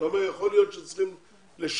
אתה אומר שיכול להיות שצריך לשנות.